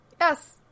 Yes